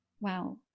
Wow